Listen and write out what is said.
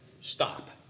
Stop